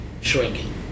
shrinking